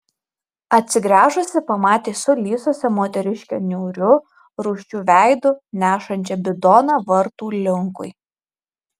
atsigręžusi pamatė sulysusią moteriškę niūriu rūsčiu veidu nešančią bidoną vartų linkui